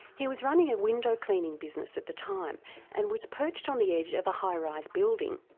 he was running a window cleaning business at the time and was perched on the edge of a high rise building.